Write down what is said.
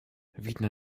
widna